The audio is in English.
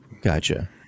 Gotcha